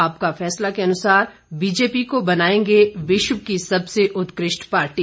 आपका फैसला के अनुसार बीजेपी को बनाएंगे विश्व की सबसे उत्कृष्ट पार्टी